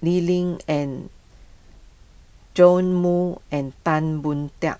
Liling and Joash Moo and Tan Boon